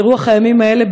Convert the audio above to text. ברוח הימים האלה,